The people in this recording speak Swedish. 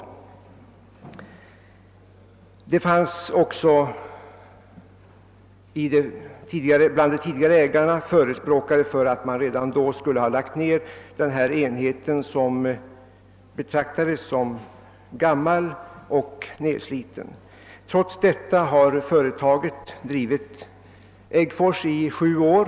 Det fanns bland de tidigare ägarna förespråkare för att denna enhet omgående borde ha lagts ned; den betraktades som gammal och nedsliten. Trots detta har NCB drivit äggfors i sju år.